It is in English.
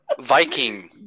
Viking